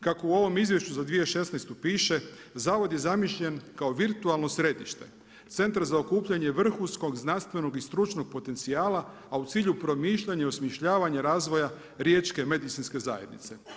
Kako u ovom izvješću za 2016. piše, Zavod je zamišljen kao virtualno središte, centar za okupljanje vrhunskog znanstvenog i stručnog potencijala a u cilju promišljanja i osmišljavanja razvoja riječke medicinske zajednice.